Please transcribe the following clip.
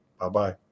Bye-bye